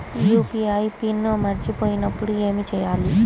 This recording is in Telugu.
యూ.పీ.ఐ పిన్ మరచిపోయినప్పుడు ఏమి చేయాలి?